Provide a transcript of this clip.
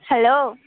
hello